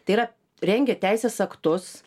tai yra rengia teisės aktus